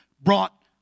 brought